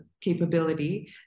capability